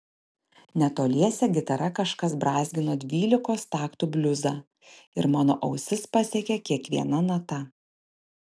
netoliese gitara kažkas brązgino dvylikos taktų bliuzą ir mano ausis pasiekė kiekviena nata